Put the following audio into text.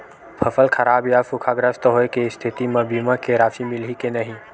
फसल खराब या सूखाग्रस्त होय के स्थिति म बीमा के राशि मिलही के नही?